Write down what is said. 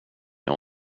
jag